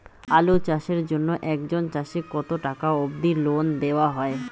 আলু চাষের জন্য একজন চাষীক কতো টাকা অব্দি লোন দেওয়া হয়?